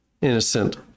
innocent